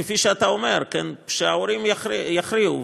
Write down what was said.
כפי שאתה אומר, שההורים יכריעו.